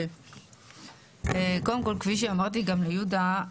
כפי שאמרתי גם ליהודה,